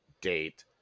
date